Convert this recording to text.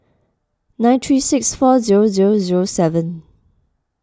nine three six four zero zero zero seven